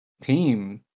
team